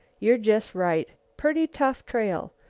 you're just right. pretty tough trail.